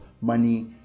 money